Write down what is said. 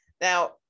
now